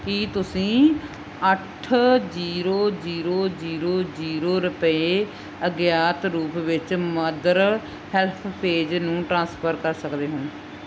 ਕੀ ਤੁਸੀਂਂ ਅੱਠ zero zero zero zero ਰੁਪਏ ਅਗਿਆਤ ਰੂਪ ਵਿੱਚ ਮਦਰ ਹੈਲਪ ਪੇਜ ਨੂੰ ਟ੍ਰਾਂਸਫਰ ਕਰ ਸਕਦੇ ਹੋ